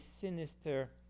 sinister